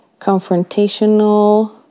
confrontational